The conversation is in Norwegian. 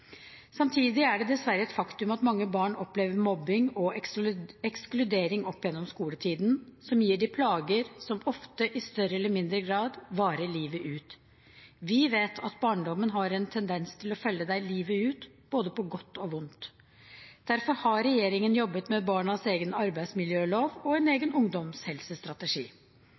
Samtidig er det dessverre et faktum at mange barn opplever mobbing og ekskludering opp gjennom skoletiden, som gir dem plager som ofte i større eller mindre grad varer livet ut. Vi vet at barndommen har en tendens til å følge deg livet ut, på både godt og vondt. Derfor har regjeringen jobbet med barnas egen arbeidsmiljølov og en